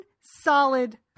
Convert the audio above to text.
solid